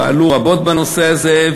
פעלו רבות בנושא הזה.